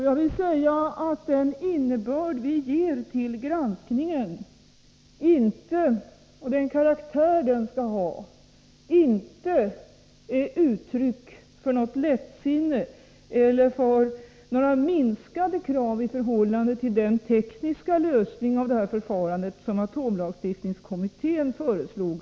Jag vill säga att den innebörd och den karaktär som vi ger granskningen inte är uttryck för något lättsinne eller för några minskade krav i förhållande till den tekniska lösning av det här förfarandet som atomlagstiftningskommittén föreslog.